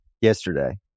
yesterday